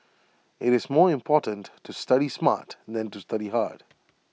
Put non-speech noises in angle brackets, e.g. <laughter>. <noise> IT is more important to study smart than to study hard